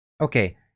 Okay